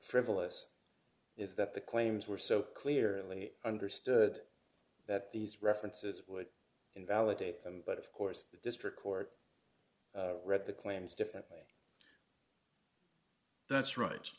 frivolous is that the claims were so clearly understood that these references would invalidate them but of course the district court read the claims differently that's r